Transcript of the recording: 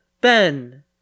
Ben